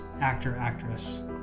actor-actress